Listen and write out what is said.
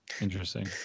Interesting